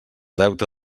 deute